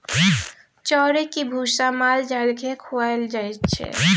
चाउरक भुस्सा माल जाल केँ खुआएल जाइ छै